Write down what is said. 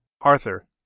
Arthur